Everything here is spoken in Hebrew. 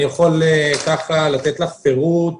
אני יכול לתת לך פירוט